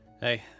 hey